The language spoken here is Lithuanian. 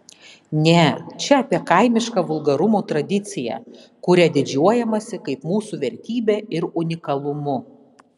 ne čia apie kaimišką vulgarumo tradiciją kuria didžiuojamasi kaip mūsų vertybe ir unikalumu